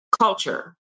culture